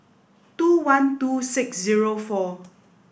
two one two six zero four